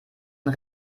und